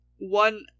One